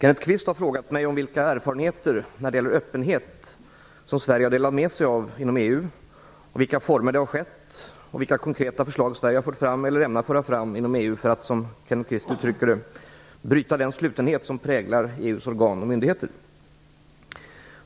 Kenneth Kvist har frågat mig om vilka erfarenheter, när det gäller öppenhet, som Sverige har delat med sig av inom EU, i vilka former det har skett och vilka konkreta förslag Sverige har fört fram eller ämnar föra fram inom EU för att, som Kenneth Kvist uttrycker det, bryta den slutenhet som präglar EU:s organ och myndigheter.